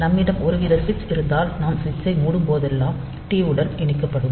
நம்மிடம் ஒருவித சுவிட்ச் இருந்தால் நாம் சுவிட்சை மூடும்போதெல்லாம் T0 உடன் இணைக்கப்படும்